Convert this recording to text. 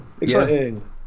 Exciting